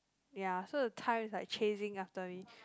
ya so the time is like chasing after me